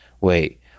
wait